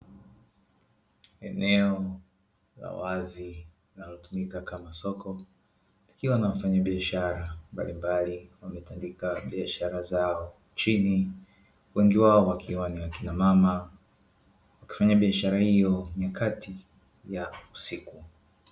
Eneo la wazi linalotumika kama soko likiwa na wafanyabiashara mbalimbali wametandika biashara zao chini, wengi wao wakiwa ni akina mama wakifanya biashara hiyo nyakati za usiku.